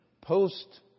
post-